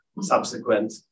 subsequent